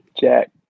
Jack